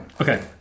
Okay